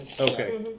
Okay